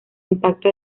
impacto